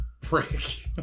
brick